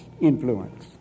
influence